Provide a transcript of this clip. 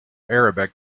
arabic